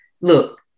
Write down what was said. look